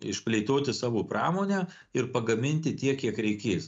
išplėtoti savo pramonę ir pagaminti tiek kiek reikės